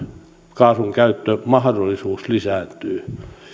kaasunkäyttömahdollisuus lisääntyy